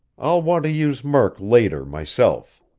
i'll want to use murk later myself.